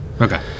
okay